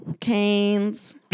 canes